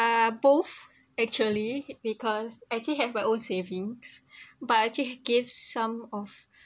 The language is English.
both actually because I actually have my own savings but I actually gave some of